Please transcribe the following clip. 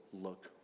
look